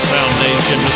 Foundation